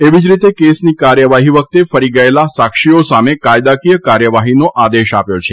એવી જ રીતે કેસની કાર્યવાહી વખતે ફરી ગયેલા સાક્ષીઓ સામે કાયદાકીય કાર્યવાહીનો આદેશ આપ્યો છે